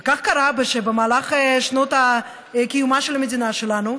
וקרה שבמהלך שנות קיומה של המדינה שלנו,